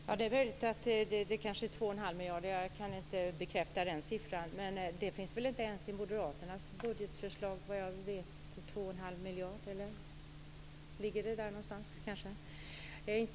Herr talman! Det är möjligt att det kanske är 2 1⁄2 miljarder. Jag kan inte bekräfta den siffran. Men det finns väl inte 2 1⁄2 miljarder ens i moderaternas budgetförslag, vad jag vet, eller ligger det kanske där någonstans?